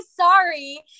sorry